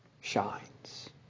shines